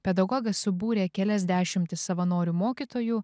pedagogas subūrė kelias dešimtis savanorių mokytojų